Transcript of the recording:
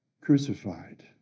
crucified